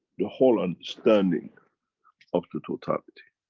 the whole understanding of the totality.